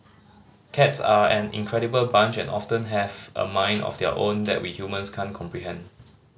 cats are an incredible bunch and often have a mind of their own that we humans can't comprehend